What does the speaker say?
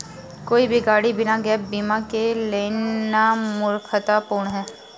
कोई भी गाड़ी बिना गैप बीमा के लेना मूर्खतापूर्ण है